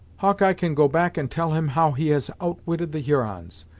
hawkeye can go back and tell him how he has outwitted the hurons,